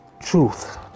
Truth